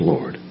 Lord